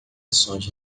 ações